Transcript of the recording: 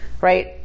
right